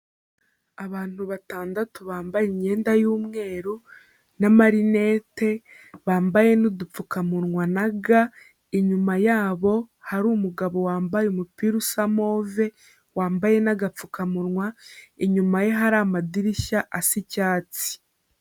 Abantu batandatu bambaye imyenda y'umweru n'amarinete, bambaye n'udupfukamunwa na ga, inyuma yabo hari umugabo wambaye umupira usa move, wambaye n'agapfukamunwa, inyuma ye hari amadirishya asa icyatsi.